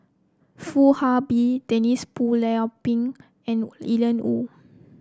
Foo Ah Bee Denise Phua Lay Peng and Ian Woo